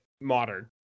modern